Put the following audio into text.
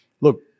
look